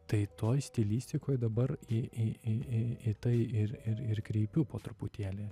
tai toj stilistikoj dabar į į į į į tai ir ir kreipiu po truputėlį